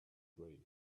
brave